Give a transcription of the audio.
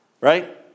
right